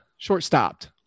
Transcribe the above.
shortstopped